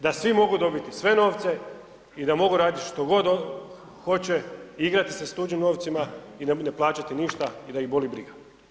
Da svi mogu dobiti sve novce i da mogu raditi što god hoće, igrati se s tuđim novcima i ne plaćati ništa i da ih boli briga.